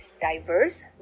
diverse